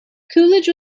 coolidge